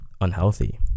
unhealthy